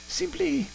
simply